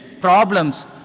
problems